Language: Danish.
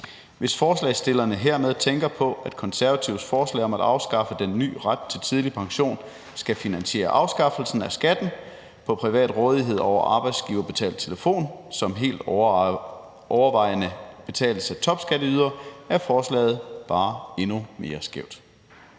Hvis forslagsstillerne hermed tænker på, at Konservatives forslag om at afskaffe den ny ret til tidlig pension skal finansiere afskaffelsen af skatten på privat rådighed over arbejdsgiverbetalt telefon, som helt overvejende betales af topskatteydere, er forslaget bare endnu mere skævt.